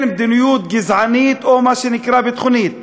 מדיניות גזענית או מה שנקרא ביטחונית.